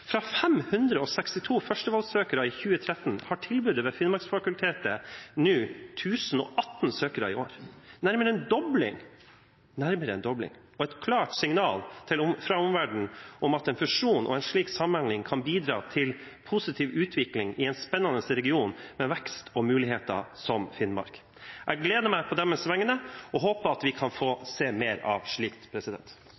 Fra 562 førstevalgsøkere i 2013 har tilbudet ved Finnmarksfakultetet 1 018 søkere i år. Det er nærmere en dobling og et klart signal fra omverdenen om at en fusjon og en slik samhandling kan bidra til positiv utvikling i en spennende region med vekst og muligheter, som Finnmark. Jeg gleder meg på deres vegne og håper vi kan få se mer av slikt.